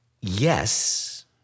Yes